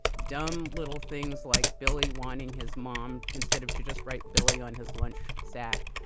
dumb little things like billy wanting his mom instead of to just write billy on his lunch sack.